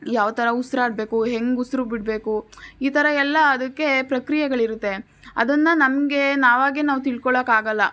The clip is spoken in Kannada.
ಯಾವ ಥರ ಉಸಿರಾಡಬೇಕು ಹೇಗ್ ಉಸಿರಿ ಬಿಡಬೇಕು ಈ ಥರ ಎಲ್ಲ ಅದಕ್ಕೆ ಪ್ರಕ್ರಿಯೆಗಳಿರುತ್ತೆ ಅದನ್ನು ನಮಗೆ ನಾವಾಗೇ ನಾವು ತಿಳ್ಕೊಳಕ್ಕೆ ಆಗೊಲ್ಲ